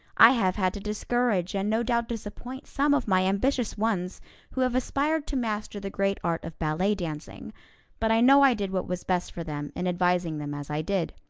i have had to discourage and no doubt disappoint some of my ambitious ones who have aspired to master the great art of ballet dancing but i know i did what was best for them in advising them as i did.